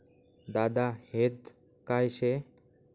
दादा हेज काय शे?